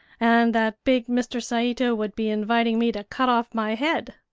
and that big mr. saito would be inviting me to cut off my head.